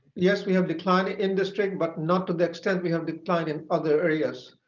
yes, we have declined in district but not to the extent we have declined in other areas.